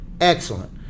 excellent